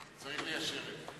צריך ליישב את זה,